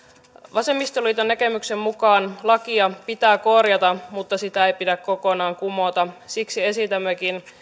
vasemmistoliiton näkemyksen mukaan lakia pitää korjata mutta sitä ei pidä kokonaan kumota siksi esitämmekin